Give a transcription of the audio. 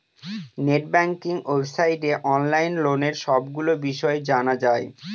net banking ওয়েবসাইটে online লোনের সবগুলো বিষয় জানা যায়